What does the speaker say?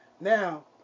Now